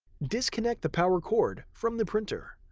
disconnect the power cord from the printer.